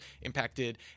impacted